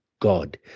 God